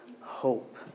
hope